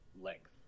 Length